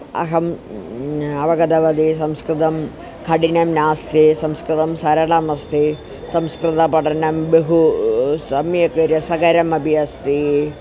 अहम् अवगतवती संस्कृतं कठिनं नास्ति संस्कृतं सरलमस्ति संस्कृतपठनं बहु सम्यक् रसकरमपि अस्ति